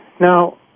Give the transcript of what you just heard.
Now